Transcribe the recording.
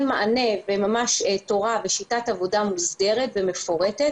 מענה וממש תורה ושיטת עבודה מוסדרת ומפורטת